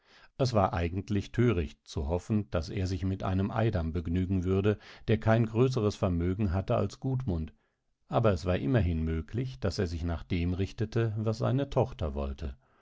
es war eigentlich töricht zu hoffen daß er sich mit einem eidam begnügen würde der kein größeres vermögen hatte als gudmund aber es war immerhin möglich daß er sich nach dem richtete was seine tochter wollte